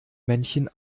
männchen